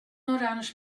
orange